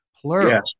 plural